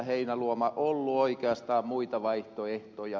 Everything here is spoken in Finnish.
heinäluoma ollut oikeastaan muita vaihtoehtoja